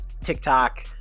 TikTok